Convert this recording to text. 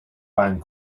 find